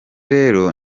rero